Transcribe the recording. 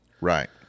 Right